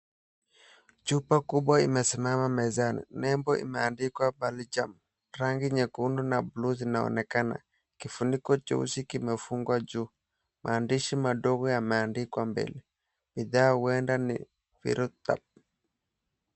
Chupa kubwa imesimama mezani nembo imeandikwa pale jamu rangi nyekundu zinaonekana, kifuniko cheusi kimefungwa. Juu maandishi madogo yameandikwa mbele, bidhaa huenda ni viruta.